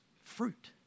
fruit